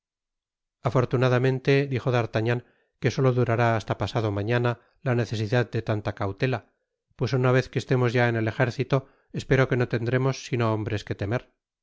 afortunadamente dijo d'artagnan que solo durará hasta pasado mañana la necesidad de tanta cautela pues una vez que estemos ya en el ejército espero que no tendremos sino hombres que temer